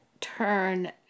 turn